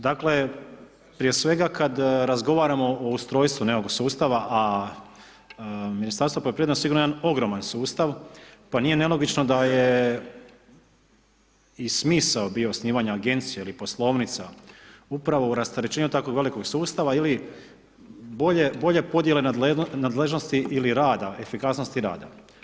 Dakle, prije svega kad razgovaramo o ustrojstvu nekog sustava, a Ministarstvo je sigurno jedan ogroman sustav, pa nije nelogično da je i smisao bio osnivanje Agencije ili poslovnica upravo u rasterećenju tako velikog sustava ili bolje podjele nadležnosti ili rada, efikasnosti rada.